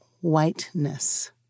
whiteness